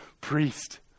priest